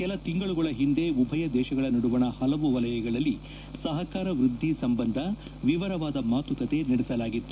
ಕೆಲ ತಿಂಗಳುಗಳ ಹಿಂದೆ ಉಭಯ ದೇಶಗಳ ನಡುವಣ ಪಲವು ವಲಯಗಳಲ್ಲಿ ಸಹಕಾರ ವ್ಯದ್ದಿ ಸಂಬಂಧ ವಿವರವಾದ ಮಾತುಕತೆ ನಡೆಸಲಾಗಿತ್ತು